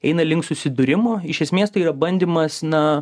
eina link susidūrimo iš esmės tai yra bandymas na